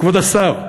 כבוד השר,